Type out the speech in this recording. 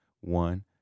one